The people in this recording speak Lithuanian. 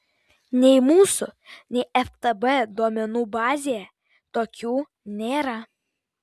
nei mūsų nei ftb duomenų bazėje tokių nėra